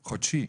חודשי.